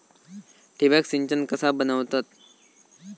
ठिबक सिंचन कसा बनवतत?